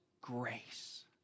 grace